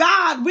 God